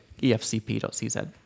efcp.cz